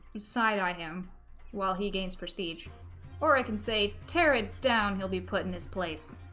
beside i him while he gains prestige or i can say tear it down he'll be put in his place